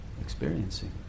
experiencing